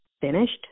finished